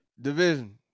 Division